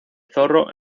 zorro